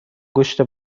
گوشت